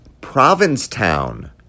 Provincetown